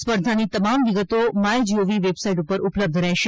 સ્પર્ધાની તમામ વિગતો માય જીઓવી વેબસાઈટ પર ઉપલબ્ધ રહેશે